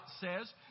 says